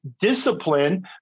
discipline